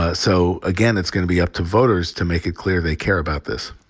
ah so again, it's going to be up to voters to make it clear they care about this.